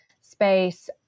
space